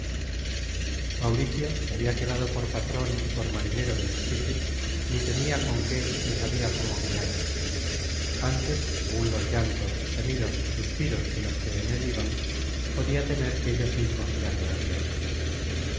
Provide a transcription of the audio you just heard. mauricio que habia quedado por patron y por marinero del esquife ni tenia con qué ni sabia cómo guialle ántes segun los llantos gemidos y suspiros de los que en él iban podia temer que ellos mismos le anegarian